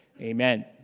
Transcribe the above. Amen